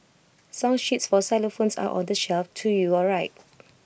song sheets for xylophones are on the shelf to your right